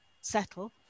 settle